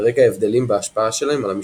רקע ההבדלים בהשפעה שלהם על המשתמשים.